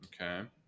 Okay